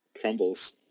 crumbles